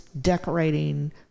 decorating